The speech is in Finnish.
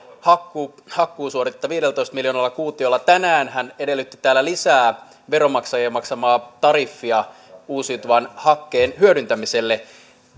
hakkuusuoritetta viidellätoista miljoonalla kuutiolla tänään hän edellytti täällä lisää veronmaksajien maksamaa tariffia uusiutuvan hakkeen hyödyntämiselle